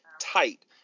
tight